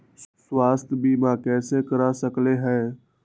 स्वाथ्य बीमा कैसे करा सकीले है?